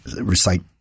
recite